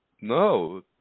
No